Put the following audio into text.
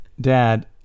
Dad